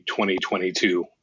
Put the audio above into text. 2022